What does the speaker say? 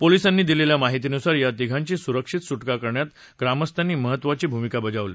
पोलिसांनी दिलेले माहितीनुसार या तिघांची सुरक्षित सुटका करण्यात स्थानिक ग्रामस्थांनी महत्त्वाची भूमिका बजावली